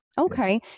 Okay